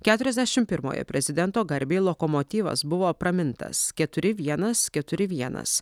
keturiasdešimt pirmojo prezidento garbei lokomotyvas buvo pramintas keturi vienas keturi vienas